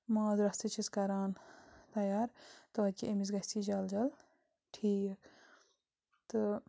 ماز رَس تہِ چھِس کران تیار تاکہِ أمِس گژھِ جَلد جَلد ٹھیٖک تہٕ